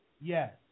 Yes